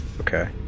Okay